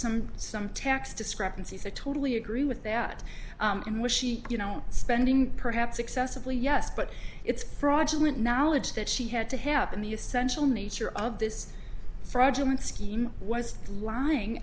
some some tax discrepancies i totally agree with that in which she you know spending perhaps excessively yes but it's fraudulent knowledge that she had to have been the essential nature of this fraudulent scheme was lying